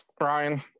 Ryan